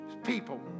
people